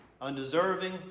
undeserving